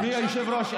אדוני היושב-ראש,